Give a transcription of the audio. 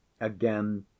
again